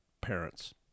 parents